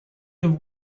have